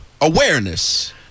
awareness